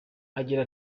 agira